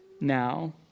now